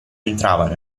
entravano